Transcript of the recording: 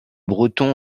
breton